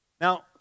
Now